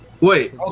Wait